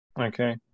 Okay